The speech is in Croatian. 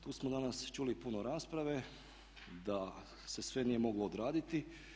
Tu smo dan čuli i puno rasprave da se sve nije moglo odraditi.